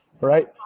right